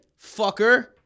fucker